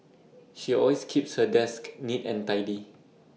she always keeps her desk neat and tidy